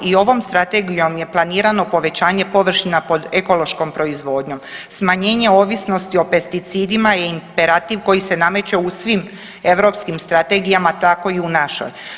I ovom strategijom je planirano povećanje površina pod ekološkom proizvodnjom, smanjenje ovisnosti o pesticidima je imperativ koji se nameće u svim europskim strategijama, tako i u našoj.